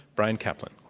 bryan caplan.